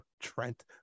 trent